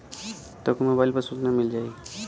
तोके मोबाइल पर सूचना मिल जाई